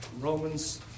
Romans